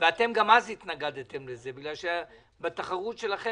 ואתם גם אז התנגדתם לזה בגלל שבתחרות שלכם